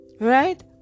right